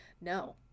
no